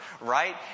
right